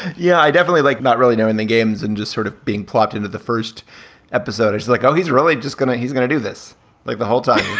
yeah, i definitely like not really knowing the games and just sort of being plopped into the first episode. it's like, oh, he's really just gonna he's gonna do this like the whole time